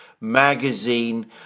magazine